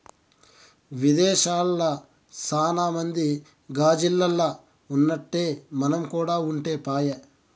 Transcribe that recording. విదేశాల్ల సాన మంది గాజిల్లల్ల ఉన్నట్టే మనం కూడా ఉంటే పాయె